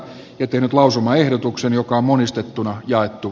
jypin lausumaehdotuksen joka monistettuna jaettu